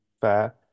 fair